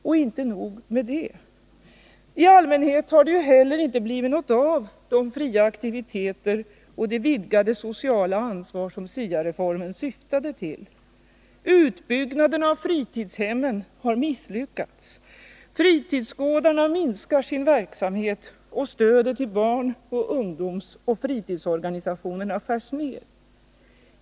Och inte nog med det. I allmänhet har det heller inte blivit något av de fria aktiviteter och det vidgade sociala ansvar som SIA-reformen syftade till. Utbyggnaden av fritidshemmen har misslyckats. Fritidsgårdarna minskar sin verksamhet, och stödet till barn-, ungdomsoch fritidsorganisationerna skärs ner.